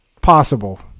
possible